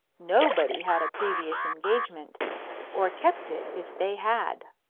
nobody had a previous engagement or kept it, if they had.